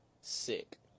sick